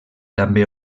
també